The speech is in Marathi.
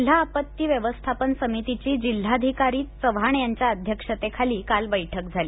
जिल्हा आपत्ती व्यवस्थापन समितीची जिल्हाधिकारी चव्हाण यांच्या अध्यक्षतेखाली काल बैठक झाली